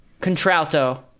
Contralto